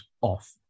off